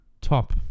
top